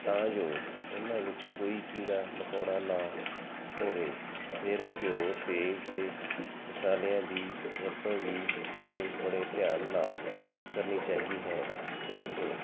ਤਾਂ ਜੋ ਉਹਨਾਂ ਵਿੱਚ ਕੋਈ ਕੀੜਾ ਮਕੌੜਾ ਨਾ ਹੋਵੇ ਫਿਰ ਘਿਓ ਤੇਲ ਅਤੇ ਮਸਾਲਿਆਂ ਦੀ ਵਰਤੋਂ ਵੀ ਸਾਨੂੰ ਬੜੇ ਧਿਆਨ ਨਾਲ ਕਰਨੀ ਚਾਹੀਦੀ ਹੈ ਕਿਉਂਕਿ